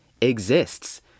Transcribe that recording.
exists